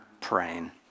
praying